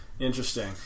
Interesting